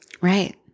Right